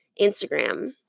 Instagram